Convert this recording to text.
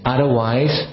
Otherwise